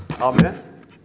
Amen